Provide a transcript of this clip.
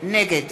נגד